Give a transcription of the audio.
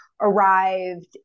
arrived